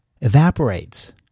evaporates